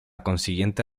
consiguiente